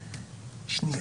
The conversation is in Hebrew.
שנייה,